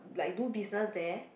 like do business there